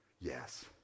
Yes